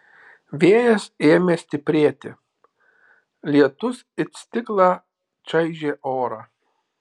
vėjas ėmė stiprėti lietus it stiklą čaižė orą